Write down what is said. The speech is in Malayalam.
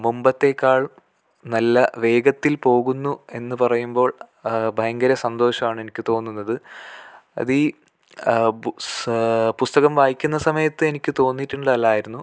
മുമ്പത്തേക്കാൾ നല്ല വേഗത്തിൽ പോകുന്നു എന്ന് പറയുമ്പോൾ ഭയങ്കര സന്തോഷമാണ് എനിക്ക് തോന്നുന്നത് അത് ഈ സ് പുസ്തകം വായിക്കുന്ന സമയത്ത് എനിക്ക് തോന്നിയിട്ടുള്ളതെല്ലാം ആയിരുന്നു